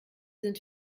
sind